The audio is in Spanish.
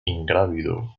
ingrávido